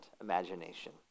imagination